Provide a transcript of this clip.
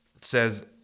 says